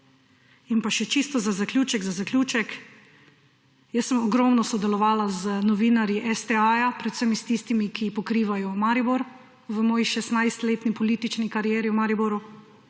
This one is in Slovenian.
In pa še čisto za zaključek. Jaz sem ogromno sodelovala z novinarji STA, predvsem tistimi, ki pokrivajo Maribor v moji 16 letni politični karieri v Mariboru.